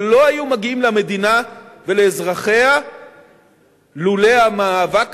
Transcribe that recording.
שלא היו מגיעים למדינה ואזרחיה לולא המאבק